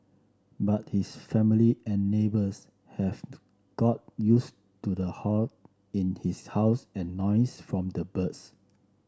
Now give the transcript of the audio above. but his family and neighbours have got used to the hoard in his house and noise from the birds